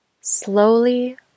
slowly